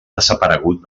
desaparegut